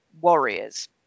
warriors